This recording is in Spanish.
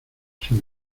sin